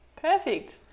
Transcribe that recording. Perfect